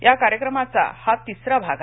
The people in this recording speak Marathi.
या कार्यक्रमाचा हा तिसरा भाग आहे